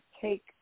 take